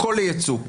הכול ליצוא.